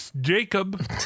Jacob